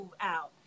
out